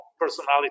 personality